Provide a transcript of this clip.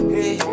Hey